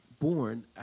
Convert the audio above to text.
born